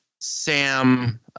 sam